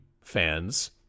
fans